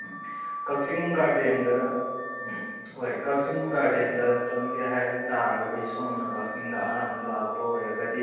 ꯎꯝ ꯀꯛꯆꯤꯡ ꯒꯥꯔꯗꯦꯟꯗ ꯎꯝ ꯎꯝ ꯍꯣꯏ ꯀꯛꯆꯤꯡ ꯒꯥꯔꯗꯦꯟꯗ ꯆꯪꯒꯦ ꯍꯥꯏꯕ ꯇꯥꯔꯒꯗꯤ ꯁꯣꯝꯅ ꯀꯛꯆꯤꯡꯗ ꯑꯍꯥꯟꯕ ꯂꯥꯛꯄ ꯑꯣꯏꯔꯒꯗꯤ